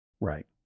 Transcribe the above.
Right